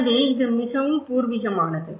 எனவே இது மிகவும் பூர்வீகமானது